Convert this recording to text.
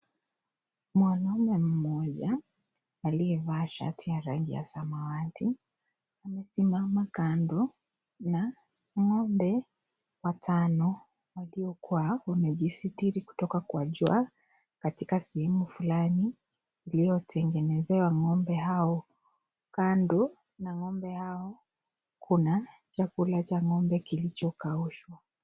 Mwanaume mmoja aliyevaa shati ya rangi ya samawati amesimama kando na ng'ombe watano waliokuwa wamejisitiri kutoka kwa jua katika sehemu fulani iliyotengenezewa ng'ombe hao . Kando na ng'ombe hao kuna chakula cha ng'ombe kilichokaushwa .